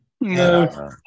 No